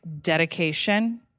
dedication